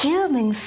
Human